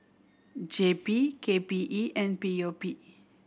J P K P E and P O P